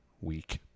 week